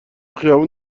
خیابون